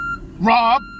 Rob